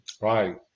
right